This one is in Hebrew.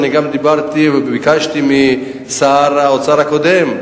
גם דיברתי וביקשתי משר האוצר הקודם,